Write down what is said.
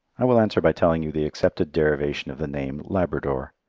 i will answer by telling you the accepted derivation of the name labrador.